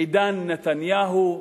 עידן נתניהו,